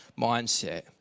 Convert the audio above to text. mindset